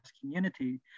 community